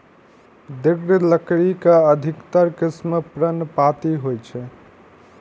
दृढ़ लकड़ी के अधिकतर किस्म पर्णपाती होइ छै